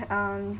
um